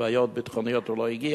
בגלל בעיות ביטחוניות הוא לא הגיע.